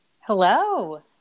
Hello